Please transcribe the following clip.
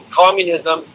communism